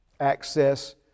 access